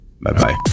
bye-bye